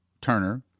Turner